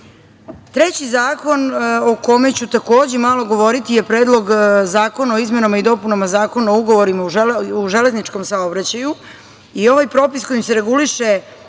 istog. Treći zakon o kojem ću takođe malo govoriti je Predlog zakona o izmenama i dopunama Zakona o ugovorima u železničkom saobraćaju. I ovaj propis kojim se regulišu